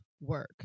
work